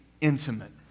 intimate